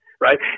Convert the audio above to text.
right